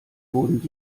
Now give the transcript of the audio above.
wurden